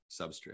substrate